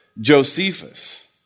Josephus